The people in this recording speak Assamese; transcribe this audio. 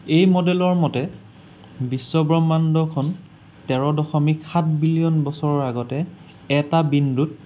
এই মডেলৰ মতে বিশ্ব ব্ৰহ্মাণ্ডখন তেৰ দশমিক সাত বিলিয়ন বছৰৰ আগতে এটা বিন্দুত